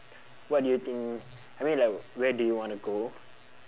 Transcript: what do you think I mean like where do you wanna go